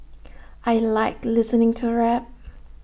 I Like listening to rap